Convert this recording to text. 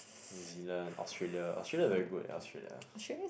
New-Zealand Australia Australia is very good Australia